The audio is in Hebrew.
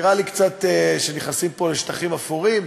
נראה לי שנכנסים פה לשטחים אפורים.